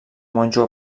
monjo